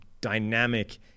dynamic